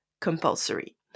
compulsory